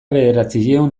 bederatziehun